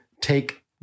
take